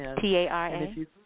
T-A-R-A